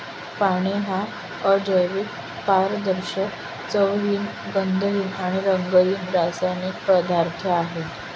पाणी हा अजैविक, पारदर्शक, चवहीन, गंधहीन आणि रंगहीन रासायनिक पदार्थ आहे